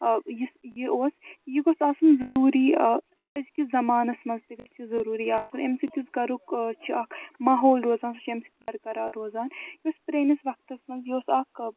یُس یہِ اوس یہِ گوٚژھ آسُن ضٔروٗری أزِکِس زمانس منٛز تہِ گَژھِ یہِ ضُروٗری آسُن اَمہِ سۭتۍ یُس گَریُک چھِ اکھ ماحول روزان سُہ چھِ اَمہِ سۭتۍ برقرار روزان یُس پرٛٲنِس وقتس منٛز یہِ اوس اکھ